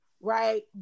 right